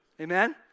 Amen